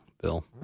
Bill